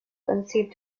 conceived